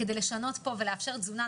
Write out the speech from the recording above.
כדי לשנות פה ולאפשר תזונה.